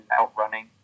outrunning